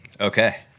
Okay